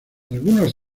algunos